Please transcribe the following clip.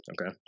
okay